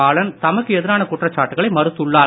பாலன் தமக்கு எதிரான குற்றச்சாட்டுகளை மறுத்துள்ளார்